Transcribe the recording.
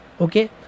Okay